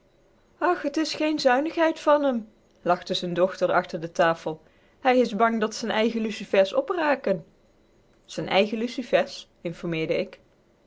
ach t is geen zuinigheid van m lachte z'n dochter achter de tafel hij is bang dat z'n eigen lucifers opraken z'n eigen lucifers informeerde ik